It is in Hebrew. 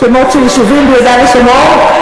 שמות של יישובים ביהודה ושומרון?